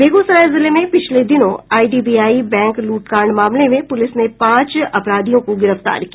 बेगूसराय जिले में पिछले दिनों आईडीबीआई बैंक लूटकांड मामले में पुलिस ने पांच अपराधियों को गिरफ्तार किया